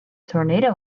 tornado